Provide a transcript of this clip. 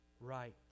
right